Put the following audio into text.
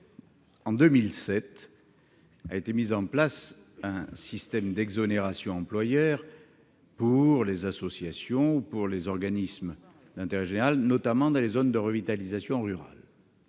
En 2007, a été mis en place un système d'exonération des cotisations employeurs pour les associations et les organismes d'intérêt général, notamment dans les zones de revitalisation rurale.